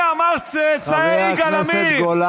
צבוע, צבוע,